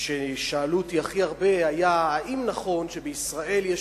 ששאלו אותי הכי הרבה היתה: האם נכון שבישראל יש